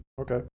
okay